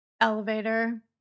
elevator